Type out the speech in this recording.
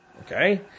Okay